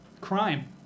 crime